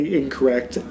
incorrect